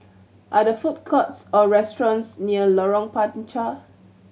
are there food courts or restaurants near Lorong Panchar